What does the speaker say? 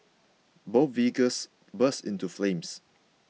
both vehicles burst into flames